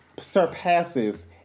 surpasses